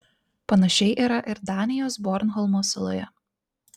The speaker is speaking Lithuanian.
panašiai yra ir danijos bornholmo saloje